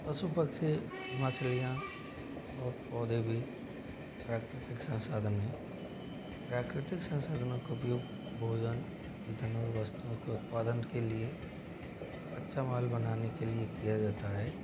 पशु पक्षी मछलियाँ और पौधे भी प्राकृतिक संसाधन हैं प्राकृतिक संसाधनों का उपयोग भोजन ईंधन और वस्तुओं का उत्पादन के लिए कच्चा माल बनाने के लिए किया जाता है